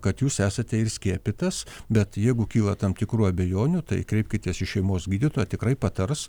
kad jūs esate ir skiepytas bet jeigu kyla tam tikrų abejonių tai kreipkitės į šeimos gydytoją tikrai patars